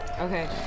Okay